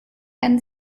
and